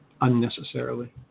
unnecessarily